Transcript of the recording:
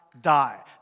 die